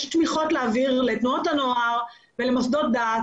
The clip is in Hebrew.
יש לי תמיכות להעביר לתנועות הנוער ולמוסדות דת.